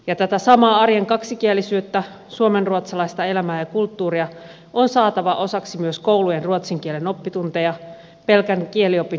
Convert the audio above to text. ja tätä samaa arjen kaksikielisyyttä suomenruotsalaista elämää ja kulttuuria on saatava osaksi myös koulujen ruotsin kielen oppitunteja pelkän kieliopin hinkkaamisen sijaan